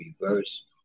reverse